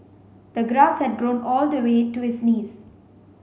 the grass had grown all the way to his knees